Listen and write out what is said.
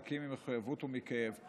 נקי ממחויבות ומכאב.